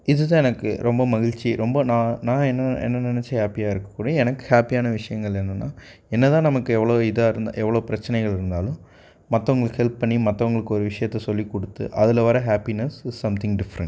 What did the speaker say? இதுதான் எனக்கு ரொம்ப மகிழ்ச்சி ரொம்ப நான் நான் என்ன என்ன நெனச்சு ஹாப்பியாக இருக்கக்கூடிய எனக்கு ஹாப்பியான விஷயங்கள் என்னென்னா என்னதான் நமக்கு எவ்வளோ இதாக இருந்தால் எவ்வளோ பிரச்சினைகள் இருந்தாலும் மற்றவங்களுக்கு ஹெல்ப் பண்ணி மற்றவங்களுக்கு ஒரு விஷயத்த சொல்லிக் கொடுத்து அதில் வர ஹாப்பினஸ் இஸ் சம்திங் டிஃப்ரெண்ட்